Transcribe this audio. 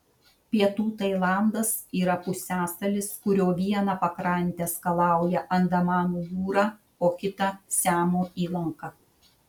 pietų tailandas yra pusiasalis kurio vieną pakrantę skalauja andamanų jūra o kitą siamo įlanka